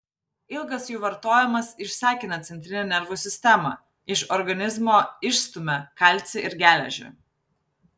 ilgas jų vartojimas išsekina centrinę nervų sistemą iš organizmo išstumia kalcį ir geležį